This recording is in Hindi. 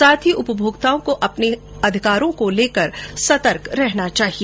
साथ ही उपभोक्ताओं को अपने अधिकारों को लेकर सतर्क रहना चाहिए